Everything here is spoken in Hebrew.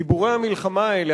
דיבורי המלחמה האלה,